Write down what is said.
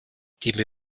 die